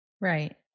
Right